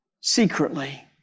secretly